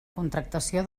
contractació